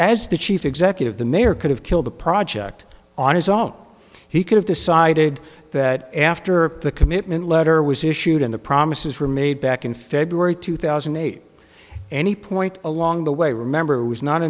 as the chief executive the mayor could have killed the project on his own he could have decided that after the commitment letter was issued and the promises were made back in february two thousand and eight any point along the way remember it was not